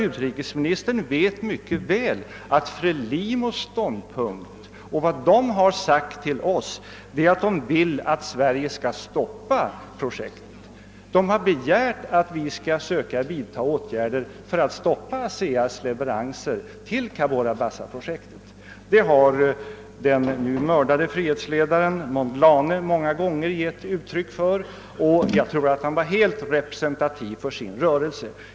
Utrikesministern vet mycket väl att Frelimos ståndpunkt och vad de har sagt till oss är att de vill att Sverige skall stoppa projektet. De har begärt att vi skall söka vidta åtgärder för att stoppa ASEA:s leveranser till Cabora Bassa-projektet. Den inställningen har den nu mördade frihetsledaren Mondlane många gånger gett uttryck för, och jag tror att han var helt representativ för sin rörelse.